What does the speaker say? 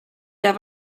der